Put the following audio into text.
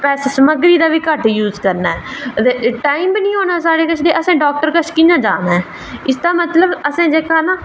ते समग्री दा घट्ट यूज़ करना ऐ ते टाईम बी निं होना साढ़े कोल ते असें ड़ाक्टर कोल कि'यां जाना ऐ इसदा मतलब असें जेह्का ना